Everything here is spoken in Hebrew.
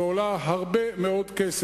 ועולה הרבה מאוד כסף.